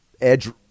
edge